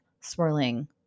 swirling